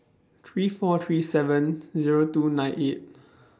three four three seven Zero two nine eight